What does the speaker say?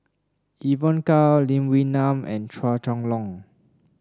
Evon Kow Lee Wee Nam and Chua Chong Long